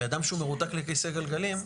בן אדם שהוא מרותק לכיסא גלגלים,